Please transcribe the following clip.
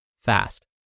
fast